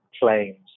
claims